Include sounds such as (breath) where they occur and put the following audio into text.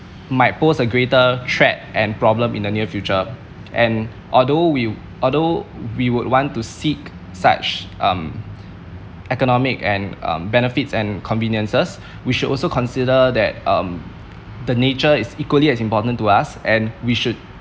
might pose a greater threat and problem in the near future and although we although we would want to seek such um economic and um benefits and conveniences (breath) we should also consider that um the nature is equally as important to us and we should